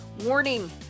Warning